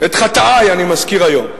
את חטאי אני מזכיר היום.